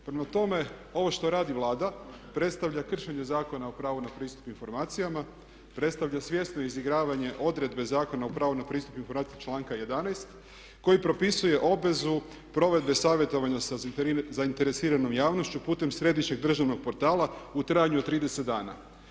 Prema tome, ovo što radi Vlada predstavlja kršenje Zakona o pravu na pristup informacijama, predstavlja svjesno izigravanje odredbe Zakona o pravu na pristup informacijama članka 11. koji propisuje obvezu provedbe savjetovanja sa zainteresiranom javnošću putem središnjeg državnog portala u trajanju od 30 dana.